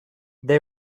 they